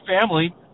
family